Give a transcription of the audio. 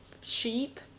sheep